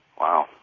Wow